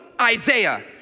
Isaiah